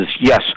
yes